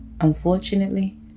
Unfortunately